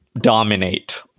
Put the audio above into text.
dominate